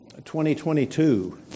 2022